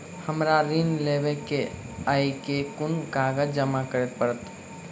हमरा ऋण लेबै केँ अई केँ कुन कागज जमा करे पड़तै?